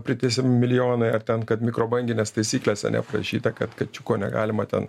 priteisiami milijonai ar ten kad mikrobanginės taisyklėse neaprašyta kad kačiuko negalima ten